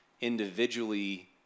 individually